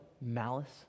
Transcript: malice